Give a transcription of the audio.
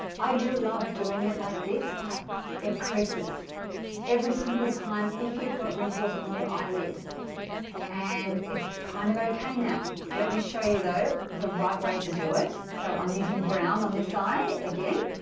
i do love doing it like this but it creases every single time if you've got wrinkles on your eyelid and it's kind of okay now let me show you though the right way to do it so i'm using brown on this eye again